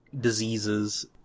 Diseases